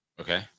Okay